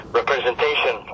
representation